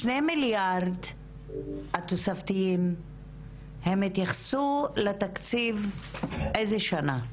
השני מיליארד התוספתיים - הם התייחסו לתקציב של איזו שנה?